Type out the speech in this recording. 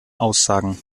aussagen